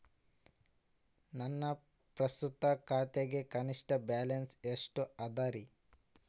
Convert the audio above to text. ನನ್ನ ಪ್ರಸ್ತುತ ಖಾತೆಗೆ ಕನಿಷ್ಠ ಬ್ಯಾಲೆನ್ಸ್ ಎಷ್ಟು ಅದರಿ?